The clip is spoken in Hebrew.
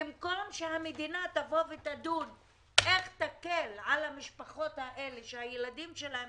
במקום שהמדינה תדון על איך להקל על המשפחות האלה שהילדים שלהם